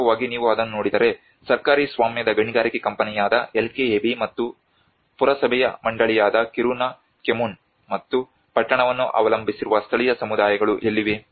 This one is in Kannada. ವಾಸ್ತವವಾಗಿ ನೀವು ಅದನ್ನು ನೋಡಿದರೆ ಸರ್ಕಾರಿ ಸ್ವಾಮ್ಯದ ಗಣಿಗಾರಿಕೆ ಕಂಪನಿಯಾದ LKAB ಮತ್ತು ಪುರಸಭೆಯ ಮಂಡಳಿಯಾದ ಕಿರುನಾ ಕೊಮ್ಮುನ್ ಮತ್ತು ಪಟ್ಟಣವನ್ನು ಅವಲಂಬಿಸಿರುವ ಸ್ಥಳೀಯ ಸಮುದಾಯಗಳು ಎಲ್ಲಿವೆ